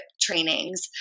trainings